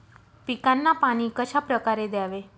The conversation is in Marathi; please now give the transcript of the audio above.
पिकांना पाणी कशाप्रकारे द्यावे?